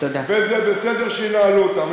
וזה בסדר שינהלו אותם.